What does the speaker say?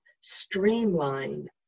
streamline